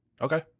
Okay